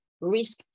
risk